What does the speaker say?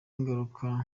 ngaruka